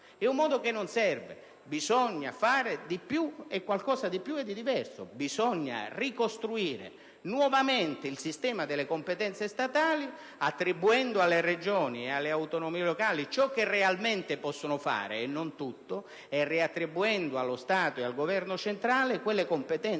È un modo che non serve! Bisogna fare qualcosa di più e di diverso. Occorre ricostruire nuovamente il sistema delle competenze statali, attribuendo alle Regioni e alle autonomie locali ciò che realmente possono fare (e non tutto) e riattribuendo allo Stato e al Governo centrale le competenze funzionali